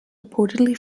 reportedly